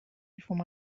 before